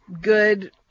good